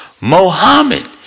Mohammed